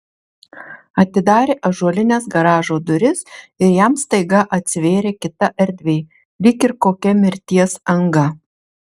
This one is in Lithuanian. atidarė ąžuolines garažo duris ir jam staiga atsivėrė kita erdvė lyg ir kokia mirties anga